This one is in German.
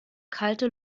kalte